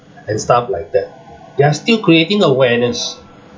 and stuff like that they're still creating awareness